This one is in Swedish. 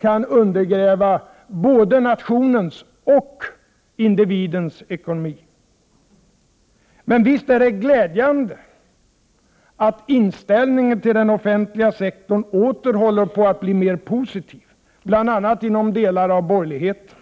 kan undergräva både nationens och individens ekonomi. Men visst är det glädjande att inställningen till den offentliga sektorn åter håller på att bli mer positiv, bl.a. inom delar av borgerligheten.